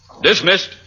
Dismissed